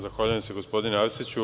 Zahvaljujem gospodine Arsiću.